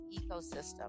ecosystem